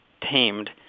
tamed